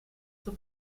zur